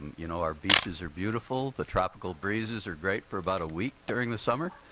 you know, our beaches are beautiful, the tropical breezes are great for about a week during the summer.